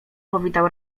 powitał